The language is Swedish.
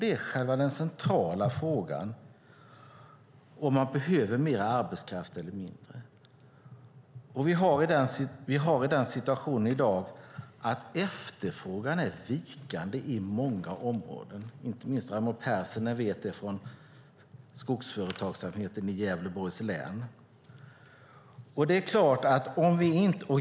Det är den centrala frågan, alltså om man behöver mer arbetskraft eller mindre arbetskraft. I dag har vi den situationen att efterfrågan är vikande på många områden. Inte minst Raimo Pärssinen vet det från skogsföretagsamheten i Gävleborgs län.